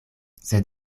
sed